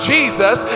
Jesus